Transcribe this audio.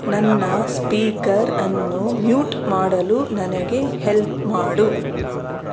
ನನ್ನ ಸ್ಪೀಕರನ್ನು ಮ್ಯೂಟ್ ಮಾಡಲು ನನಗೆ ಹೆಲ್ಪ್ ಮಾಡು